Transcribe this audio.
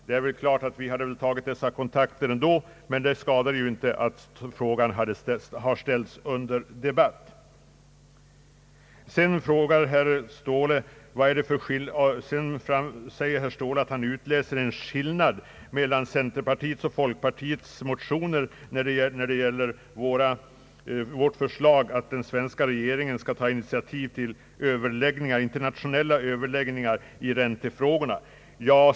Herr Ståhle säger sig kunna utläsa en skillnad mellan centerpartiets och folkpartiets motioner när det gäller vårt förslag att den svenska regeringen skall ta initiativ till internationella överläggningar i räntefrågorna.